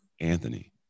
Anthony